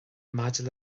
maidir